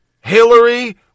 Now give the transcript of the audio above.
Hillary